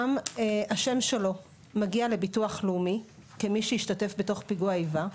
גם השם שלו מגיע לביטוח הלאומי כמי שהשתתף בתוך פיגוע איבה.